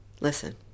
Listen